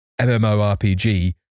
MMORPG